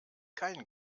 kein